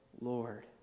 Lord